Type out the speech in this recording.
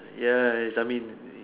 yes I mean